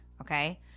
okay